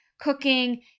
cooking